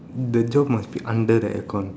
the job must be under the aircon